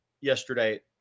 yesterday